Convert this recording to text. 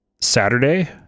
Saturday